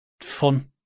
fun